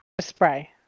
spray